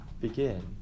begin